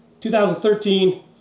2013